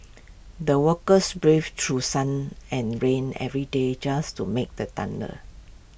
the workers braved through sun and rain every day just to made the tunnel